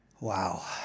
Wow